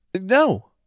No